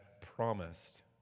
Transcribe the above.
promised